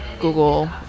google